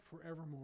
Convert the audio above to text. forevermore